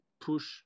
push